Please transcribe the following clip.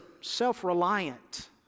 self-reliant